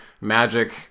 Magic